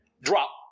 drop